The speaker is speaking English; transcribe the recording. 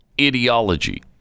ideology